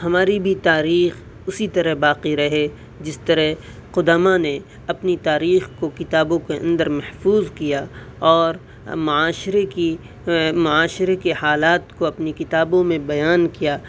ہماری بھی تاریخ اسی طرح باقی رہے جس طرح قدماء نے اپنی تاریخ کو کتابوں کے اندر محفوظ کیا اور معاشرے کی معاشرے کے حالات کو اپنی کتابوں میں بیان کیا